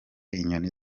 inyoni